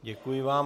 Děkuji vám.